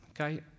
okay